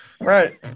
right